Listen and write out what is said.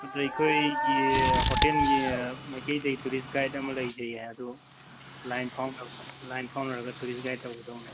ꯑꯗ ꯑꯩꯈꯣꯏꯒꯤ ꯍꯣꯇꯦꯜꯒꯤ ꯃꯩꯇꯩ ꯇꯧꯔꯤꯁ ꯒꯥꯏꯗ ꯑꯃ ꯂꯩꯖꯩꯌꯦ ꯑꯗꯨ ꯂꯥꯏꯟ ꯐꯥꯎꯅꯕ꯭ꯔꯥ ꯂꯥꯏꯟ ꯐꯥꯎꯅꯔꯒ ꯇꯧꯔꯤꯁ ꯒꯥꯏꯗ ꯇꯧꯒꯗꯧꯅꯦ